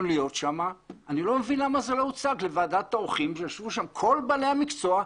להיות שם - למה זה לא הוצג לוועדת העורכים וישבו שם כל בעלי המקצוע.